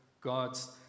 God's